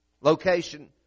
Location